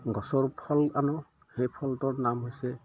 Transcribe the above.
গছৰ ফল আনোঁ সেই ফলটোৰ নাম হৈছে